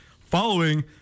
following